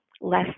less